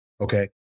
okay